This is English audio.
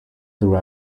through